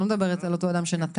אני לא מדברת על אותו אדם שנתן.